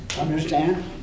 Understand